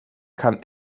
kann